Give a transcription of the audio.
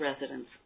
residents